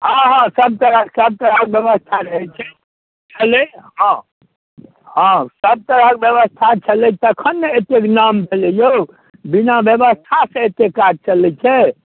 हँ हँ सबतरह सबतरहके बेबस्था रहै छै छलै हँ हँ सबतरहके बेबस्था छलै तखन ने एतेक नाम छलै यौ बिना बेबस्थासँ एतेक काज चलै छै